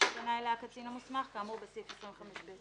שפנה אליה הקצין המוסמך כאמור בסעיף 25ב1(ג).